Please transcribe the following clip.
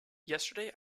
yesterday